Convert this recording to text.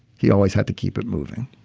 he always had to keep it moving